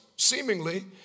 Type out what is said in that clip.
seemingly